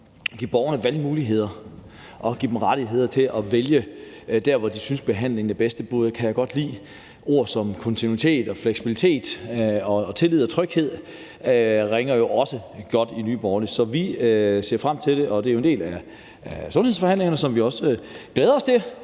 give borgerne valgmuligheder og give dem rettigheder til at vælge der, hvor de synes behandlingen er bedst, kan jeg godt lide. Ord som kontinuitet og fleksibilitet og tillid og tryghed lyder også godt for Nye Borgerlige. Så vi ser frem til det. Det er jo en del af sundhedsforhandlingerne, som vi også glæder os til